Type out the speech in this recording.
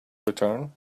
return